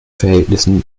verhältnissen